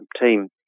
team